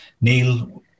Neil